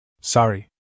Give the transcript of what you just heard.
Sorry